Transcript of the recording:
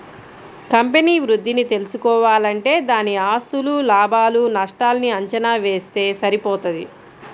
company వృద్ధిని తెల్సుకోవాలంటే దాని ఆస్తులు, లాభాలు నష్టాల్ని అంచనా వేస్తె సరిపోతది